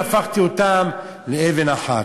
הפכתי אותן לאבן אחת.